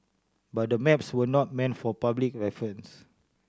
but the maps were not meant for public reference